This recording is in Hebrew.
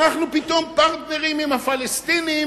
אנחנו פתאום פרטנרים עם הפלסטינים